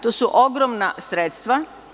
To su ogromna sredstva.